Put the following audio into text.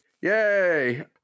Yay